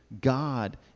God